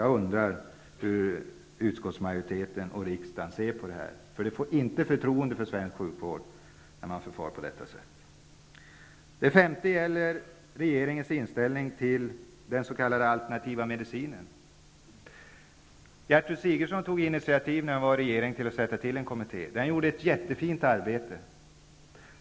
Jag undrar hur utskottsmajoriteten och riksdagen ser på det här. Svensk sjukvård inger inte förtroende när man förfar på detta sätt. För det sjätte vill jag ta upp regeringens inställning till den s.k. alternativa medicinen. När Gertrud Sigurdsen satt i regeringen tog hon initiativet till att sätta till en kommitté. Den gjorde ett mycket fint arbete.